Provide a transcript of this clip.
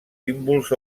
símbols